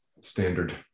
standard